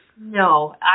No